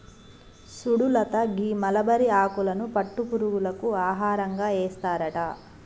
సుడు లత గీ మలబరి ఆకులను పట్టు పురుగులకు ఆహారంగా ఏస్తారట